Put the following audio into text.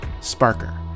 Sparker